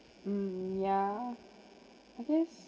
mm yeah I guess